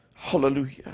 Hallelujah